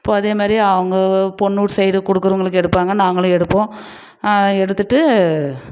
இப்போ அதேமாதிரி அவங்க பொண்ணுவீட்டு சைடு கொடுக்குறவங்களுக்கு எடுப்பாங்க நாங்களும் எடுப்போம் எடுத்துட்டு